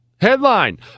Headline